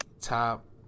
Top